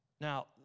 Now